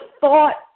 thought